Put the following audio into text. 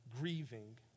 grieving